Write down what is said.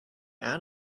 out